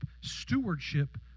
Stewardship